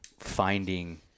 finding